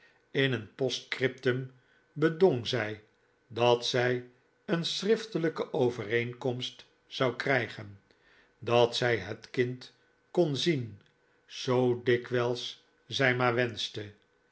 in een postscriptum bedong zij dat zij een schriftelijke overeenkomst zou krijgen dat zij het kind kon zien zoo dikwijls zij maar wenschte